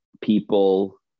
people